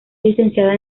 licenciada